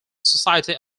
society